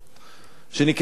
שנקראת "מדליה",